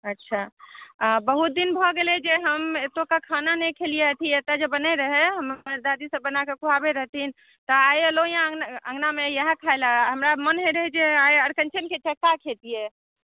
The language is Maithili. अच्छा आ बहुत दिन भऽ गेलै जे हम ओतुका खाना नहि खेलियै एतऽ जे बनै रहै हम अपन दादी सभ बनाकऽ खुआबैत रहथिन तऽ आइ अयलहुँ हँ अहाँके अङ्गनामे इएह खाए लए मन होइ रहै जे आइ अरिकञ्चनके चक्का खेतियै